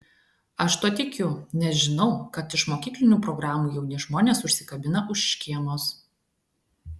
aš tuo tikiu nes žinau kad iš mokyklinių programų jauni žmonės užsikabina už škėmos